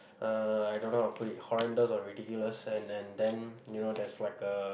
uh I don't know how to put it horrendous or ridiculous and and then you know there's like a